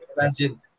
imagine